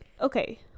okay